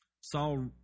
Saul